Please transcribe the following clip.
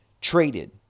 traded